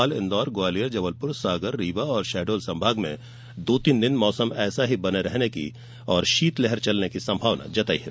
भोपाल इंदौर ग्वालियर जबलपुर सागर रीवा और शहडोल संभाग में दो तीन दिन मौसम ऐसा ही बना रहने और शीतलहर चलने की संभावना जताई है